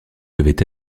devait